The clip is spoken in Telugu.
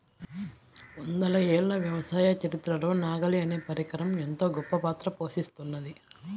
వందల ఏళ్ల వ్యవసాయ చరిత్రలో నాగలి అనే పరికరం ఎంతో గొప్పపాత్ర పోషిత్తున్నది